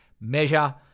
measure